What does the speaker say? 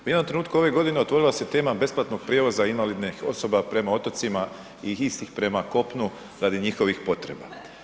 U jednom trenutku ove godine otvorila se tema besplatnog prijevoza invalidnih osoba prema otocima i istih prema kopnu radi njihovih potreba.